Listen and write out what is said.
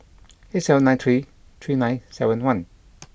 eight seven nine three three nine seven one